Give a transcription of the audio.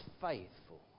faithful